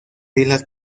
islas